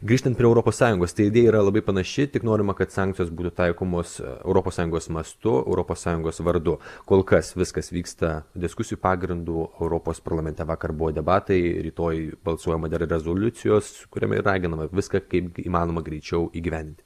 grįžtant prie europos sąjungos tai idėja yra labai panaši tik norima kad sankcijos būtų taikomos europos sąjungos mastu europos sąjungos vardu kol kas viskas vyksta diskusijų pagrindu europos parlamente vakar buvo debatai rytojui balsuojama dėl rezoliucijos kuriame ir raginama viską kaip įmanoma greičiau įgyvendinti